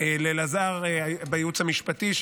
לאלעזר מהייעוץ המשפטי,